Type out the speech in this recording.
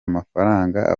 mafaranga